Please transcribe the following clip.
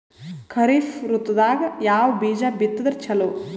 ಖರೀಫ್ ಋತದಾಗ ಯಾವ ಬೀಜ ಬಿತ್ತದರ ಚಲೋ?